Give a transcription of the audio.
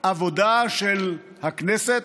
עבודה של הכנסת,